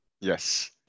Yes